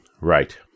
Right